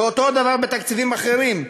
ואותו דבר בתקציבים אחרים,